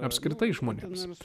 apskritai žmonėms